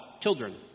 children